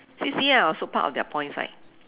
C_C_A are also part of their points right